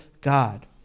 God